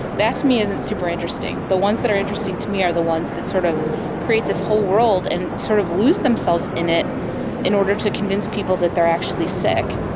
that to me isn't super interesting. the ones that are interesting to me are the ones that sort of create this whole world and sort of lose themselves in it in order to convince people that they are actually sick.